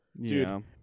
Dude